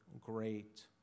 great